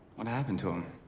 what happened to him?